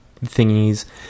thingies